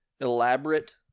elaborate